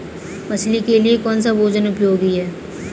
मछली के लिए कौन सा भोजन उपयोगी है?